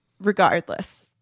regardless